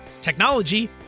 technology